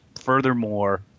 Furthermore